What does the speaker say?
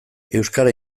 euskara